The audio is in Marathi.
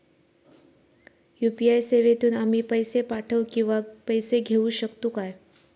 यू.पी.आय सेवेतून आम्ही पैसे पाठव किंवा पैसे घेऊ शकतू काय?